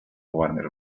warner